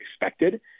expected